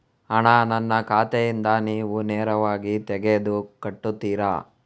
ಹಣ ನನ್ನ ಖಾತೆಯಿಂದ ನೀವು ನೇರವಾಗಿ ತೆಗೆದು ಕಟ್ಟುತ್ತೀರ?